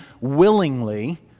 willingly